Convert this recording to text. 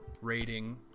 rating